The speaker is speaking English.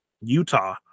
Utah